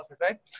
right